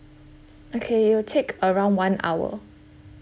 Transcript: okay it will take around one hour